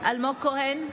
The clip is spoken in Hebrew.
אלמוג כהן,